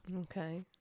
Okay